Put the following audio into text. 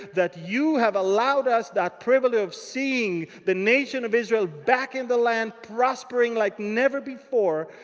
that you have allowed us that privilege of seeing the nation of israel back in the land, prospering like never before.